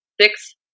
six